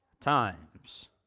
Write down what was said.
times